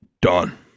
Done